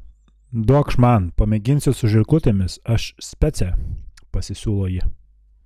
duokš man pamėginsiu su žirklutėmis aš specė pasisiūlo ji